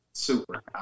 Super